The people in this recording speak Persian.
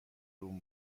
روم